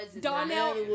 Donnell